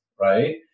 right